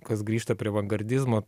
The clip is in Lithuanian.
kas grįžta prie avangardizmo